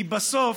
כי בסוף,